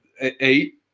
eight